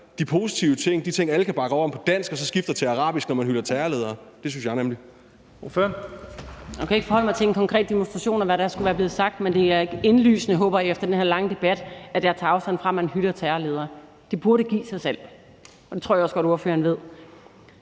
de positive ting, de ting, alle kan bakke op om, på dansk, og så skifter til arabisk, når man hylder terrorledere? Det synes jeg nemlig.